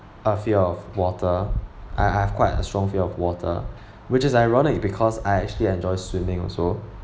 a fear of water I I have quite a strong fear of water which is ironic because I actually enjoy swimming also